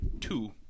Two